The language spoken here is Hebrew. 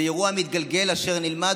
זה אירוע מתגלגל אשר נלמד,